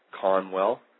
Conwell